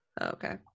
Okay